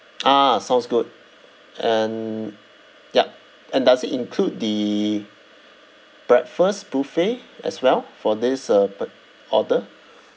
ah sounds good and yup and does it include the breakfast buffet as well for this uh p~ order